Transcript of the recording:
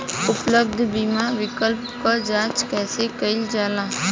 उपलब्ध बीमा विकल्प क जांच कैसे कइल जाला?